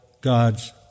God's